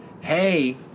hey